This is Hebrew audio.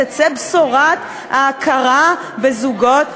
תצא בשורת ההכרה בזוגות.